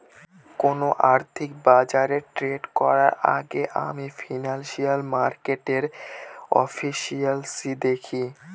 কোন আর্থিক বাজারে ট্রেড করার আগেই আমি ফিনান্সিয়াল মার্কেটের এফিসিয়েন্সি দেখি